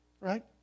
right